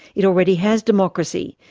it already has democracy,